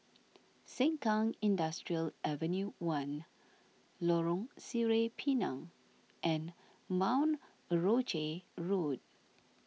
Sengkang Industrial Avenue one Lorong Sireh Pinang and Mount Rosie Road